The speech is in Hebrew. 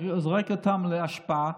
זורק אותם לאשפה,